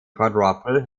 quadruple